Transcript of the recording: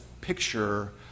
picture